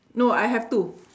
no I have two